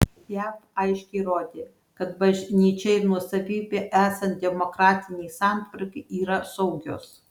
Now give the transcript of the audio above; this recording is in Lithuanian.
jav aiškiai rodė kad bažnyčia ir nuosavybė esant demokratinei santvarkai yra saugios